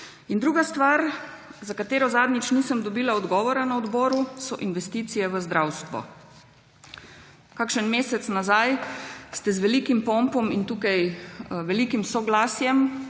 druga stvar, za katero zadnjič nisem dobila odgovora na odboru, so investicije v zdravstvo. Kakšen mesec nazaj ste z velikim pompom in tukaj velikim soglasjem